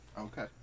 Okay